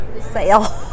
sale